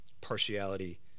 partiality